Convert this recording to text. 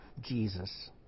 Jesus